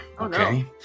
okay